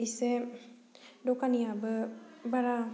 एसे दखानियाबो बारा